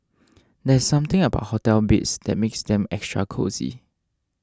there's something about hotel beds that makes them extra cosy